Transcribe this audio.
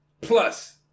plus